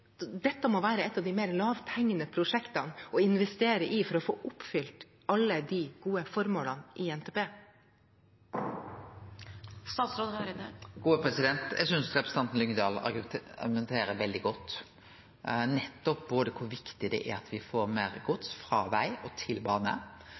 må dette være et av de mer lavthengende prosjektene å investere i for å få oppfylt alle de gode formålene i NTP. Eg synest representanten Lyngedal argumenterer veldig godt, både når det gjeld kor viktig det er at me får